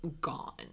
gone